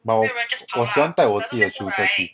but 我我喜欢带我自己的球鞋去